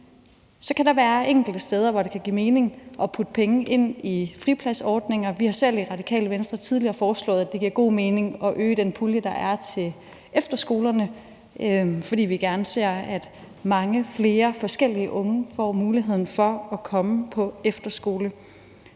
Så kan der være enkelte steder, hvor det kan give mening at putte penge ind i fripladsordninger. Vi har selv i Radikale Venstre tidligere foreslået, at det giver god mening at øge den pulje, der er til efterskolerne, fordi vi gerne ser, at mange flere forskellige unge får muligheden for at komme på efterskole.